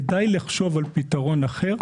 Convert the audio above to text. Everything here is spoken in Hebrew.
כדאי לחשוב על פתרון אחר,